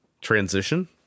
transition